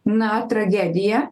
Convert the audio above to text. na tragedija